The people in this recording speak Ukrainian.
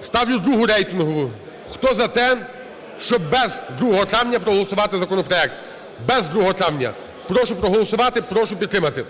Ставлю другу - рейтингову. Хто за те, щоб без 2 травня проголосувати законопроект? Без 2 травня. Прошу проголосувати, прошу підтримати.